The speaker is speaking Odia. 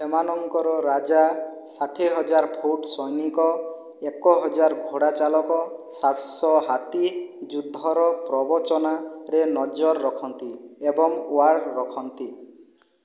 ସେମାନଙ୍କର ରାଜା ଷାଠିଏ ହଜାର ଫୁଟ୍ ସୈନିକ ଏକ ହଜାର ଘୋଡ଼ା ଚାଳକ ସାତଶହ ହାତୀ ଯୁଦ୍ଧର ପ୍ରବଚନାରେ ନଜର ରଖନ୍ତି ଏବଂ ୱାର୍ଡ଼ ରଖନ୍ତି